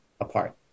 apart